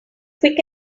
quick